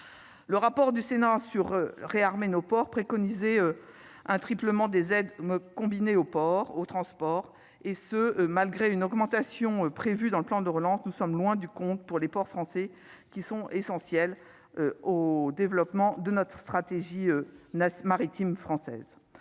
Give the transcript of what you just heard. Le rapport du Sénat sur réarmer nos ports préconisé un triplement des aides me combiné au port aux transports, et ce malgré une augmentation prévue dans le plan de relance, nous sommes loin du compte pour les ports français qui sont essentiels au développement de notre stratégie n'maritime française,